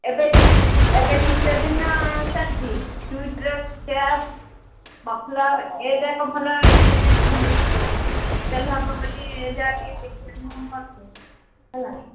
ଏବେ ଏବେ ଶୀତ ଦିନ ଶାଲ୍ ସୁଇଟର୍ କେପ୍ ମଫଲର୍ ଏଯାକ ଭଲ ଟିକେ ସେଲ୍ ହେବ ବୋଲି ଏ ଯାକ ଟିକେ ମୁଁ କରୁଛୁ ହେଲା